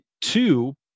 two